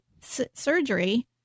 surgery